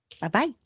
Bye-bye